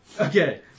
Okay